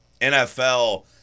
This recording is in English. NFL